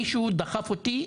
מישהו דחף אותי.